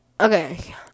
okay